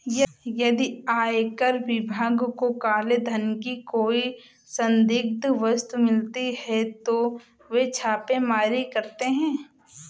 यदि आयकर विभाग को काले धन की कोई संदिग्ध वस्तु मिलती है तो वे छापेमारी करते हैं